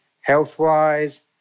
health-wise